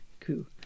coup